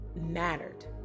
mattered